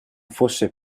fosse